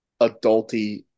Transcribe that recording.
adult-y